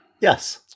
yes